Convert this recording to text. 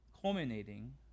culminating